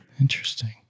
Interesting